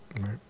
Right